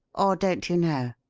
or don't you know?